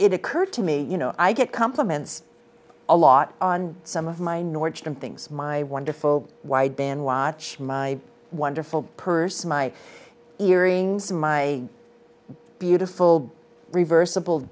it occurred to me you know i get compliments a lot on some of my nordstrom things my wonderful wideband watch my wonderful person my earrings my beautiful reversible